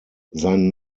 sein